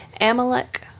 Amalek